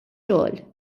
xogħol